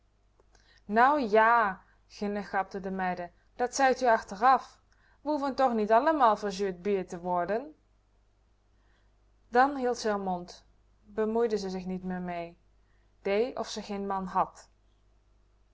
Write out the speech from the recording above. nou ja ginnegapten de meiden dat zeit u achteraf we hoeven toch niet allemaal verzuurd bier te worden dan hield ze r mond bemoeide r zich niet meer mee dee of ze veen man had